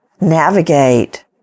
navigate